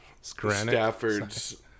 Stafford's